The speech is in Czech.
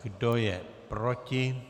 Kdo je proti?